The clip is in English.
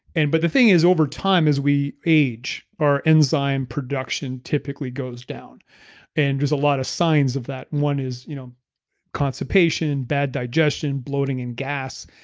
and but the thing is over time, as we age, our enzyme production typically goes down and there's a lot of signs of that. one is you know constipation, bad digestion, bloating and gas,